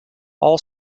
all